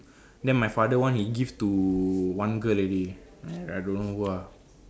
then my father one he give to one girl already I don't know who ah